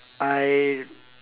I